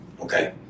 Okay